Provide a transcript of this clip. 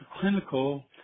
clinical